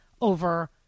over